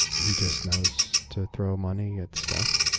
he just knows to throw money at stuff.